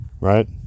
right